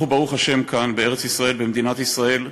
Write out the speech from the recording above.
אנחנו, ברוך השם, כאן, בארץ-ישראל, במדינת ישראל,